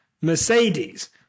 Mercedes